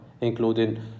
including